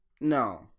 No